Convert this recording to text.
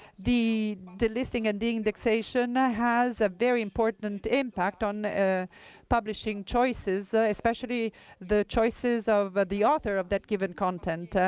the delisting and deindexation has a very important impact on publishing choices, especially the choices of the author of that given content. ah